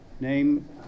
name